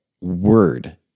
word